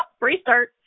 restart